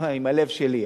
עם הלב שלי,